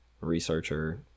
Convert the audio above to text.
researcher